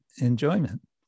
enjoyment